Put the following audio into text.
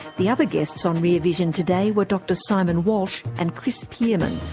the other guests on rear vision today were dr simon walsh and chris pearman,